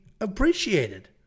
appreciated